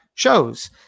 shows